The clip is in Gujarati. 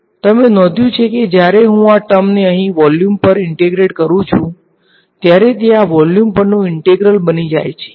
હવેહું આગળ જે મેળવી રહ્યો છુ તમે નોંધ્યું છે કે જ્યારે હું આ ટર્મને અહીં વોલ્યુમ પર ઈન્ટેગ્રેટ કરું છું ત્યારે તે આ વોલ્યુમ પરનુ ઈન્ટેગ્રલ બની જાય છે